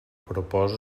proposa